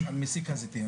היושב-ראש, על מסיק הזיתים.